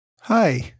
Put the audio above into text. Hi